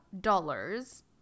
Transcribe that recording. dollars